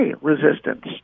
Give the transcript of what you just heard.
resistance